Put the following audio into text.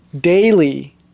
daily